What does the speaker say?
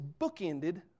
bookended